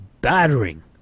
battering